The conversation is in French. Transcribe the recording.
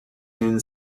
une